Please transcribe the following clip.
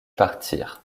partir